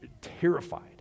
terrified